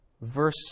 verse